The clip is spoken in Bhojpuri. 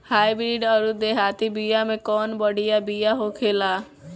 हाइब्रिड अउर देहाती बिया मे कउन बढ़िया बिया होखेला?